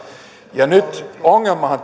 ja nyt ongelmahan